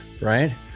right